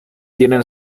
tienen